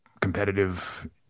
competitive